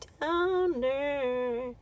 downer